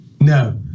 No